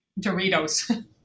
Doritos